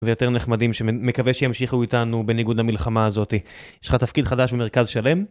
ויותר נחמדים שמקווה שימשיכו איתנו בניגוד למלחמה הזאתי. יש לך תפקיד חדש במרכז שלם.